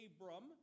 Abram